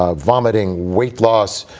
ah vomiting, weight loss,